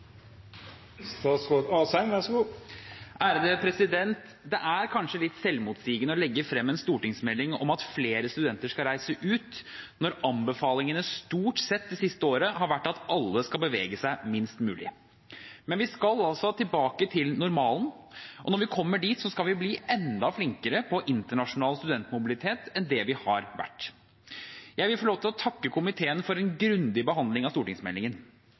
kanskje litt selvmotsigende å legge frem en stortingsmelding om at flere studenter skal reise ut, når anbefalingene det siste året stort sett har vært at alle skal bevege seg minst mulig. Men vi skal tilbake til normalen, og når vi kommer dit, skal vi bli enda flinkere på internasjonal studentmobilitet enn det vi har vært. Jeg vil takke komiteen for en grundig behandling av stortingsmeldingen.